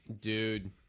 dude